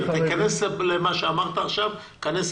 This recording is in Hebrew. כנס לפרטים.